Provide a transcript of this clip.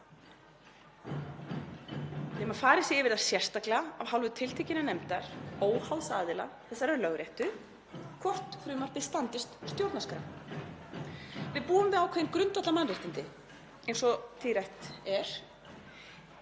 nema farið sé yfir það sérstaklega af hálfu tiltekinnar nefndar, óháðs aðila, þessarar Lögréttu, hvort frumvarpið standist stjórnarskrá. Við búum við ákveðin grundvallarmannréttindi eins og tíðrætt er.